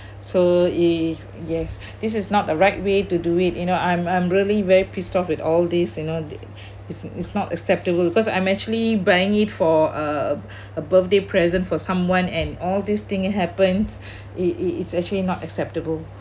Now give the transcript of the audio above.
so if yes this is not a right way to do it you know I'm I'm really very pissed off with all this you know it's it's not acceptable because I'm actually buying it for a a birthday present for someone and all this thing happens it it it's actually not acceptable